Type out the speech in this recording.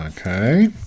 Okay